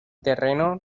terreno